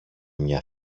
μια